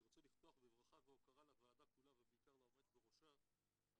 אני רוצה לפתוח בברכה והוקרה לוועדה כולה ובעיקר לעומדת בראשה על